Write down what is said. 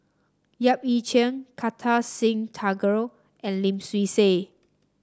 Yap Ee Chian Kartar Singh Thakral and Lim Swee Say